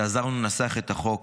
שעזר לנו לנסח את החוק,